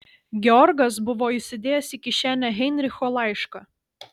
georgas buvo įsidėjęs į kišenę heinricho laišką